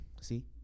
see